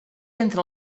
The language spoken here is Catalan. entre